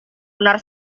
benar